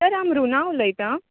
sir हांव रूना उलयतां